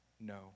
no